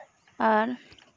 ᱟᱨ